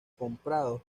comprados